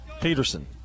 Peterson